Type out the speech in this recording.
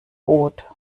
boot